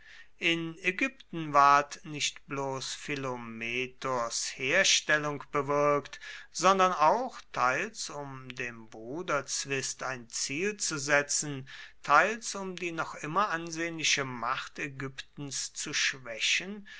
in ägypten ward nicht bloß philometors herstellung bewirkt sondern auch teils um dem bruderzwist ein ziel zu setzen teils um die noch immer ansehnliche macht ägyptens zu schwächen